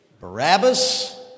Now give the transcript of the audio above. Barabbas